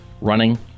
running